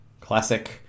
classic